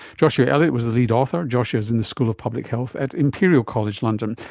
joshua elliott was the lead author. joshua is in the school of public health at imperial college london.